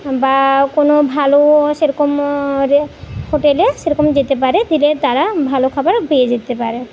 বা কোনো ভালো সেরকম আরে হোটেলে সেরকম যেতে পারে দিলে তারা ভালো খাবার পেয়ে যেতে পারে